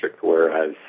whereas